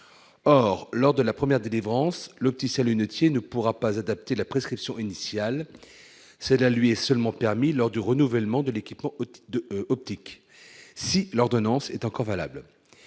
or lors de la première délivrance l'opticien lunetier ne pourra pas adapter la prescription initiale, c'est bien lui et seulement permis lors du renouvellement de l'équipe de optique si l'ordonnance est encore valable